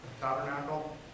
tabernacle